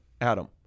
Adam